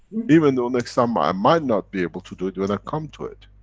even though next time, i might not be able to do it, when i come to it.